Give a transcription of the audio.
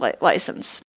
license